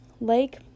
Lake